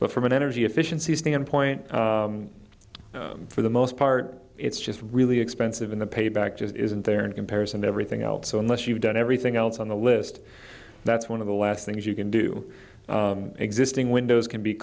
but from an energy efficiency standpoint for the most part it's just really expensive and the payback just isn't there and compares and everything else so unless you've done everything else on the list that's one of the last things you can do existing windows can be